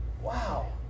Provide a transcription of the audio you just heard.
Wow